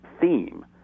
theme